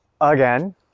again